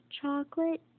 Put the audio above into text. chocolate